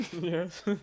Yes